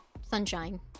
sunshine